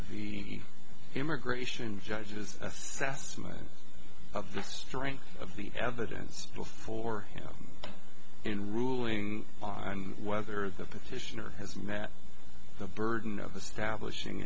the immigration judges assessment of the strength of the evidence before you know in ruling on whether the petitioner has met the burden of establishing